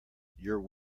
your